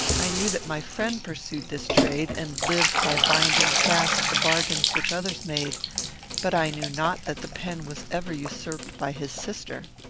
i knew that my friend pursued this trade, and lived by binding fast the bargains which others made but i knew not that the pen was ever usurped by his sister.